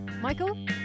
Michael